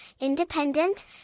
independent